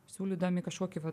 siūlydami kažkokį vat